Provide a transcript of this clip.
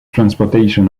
transportation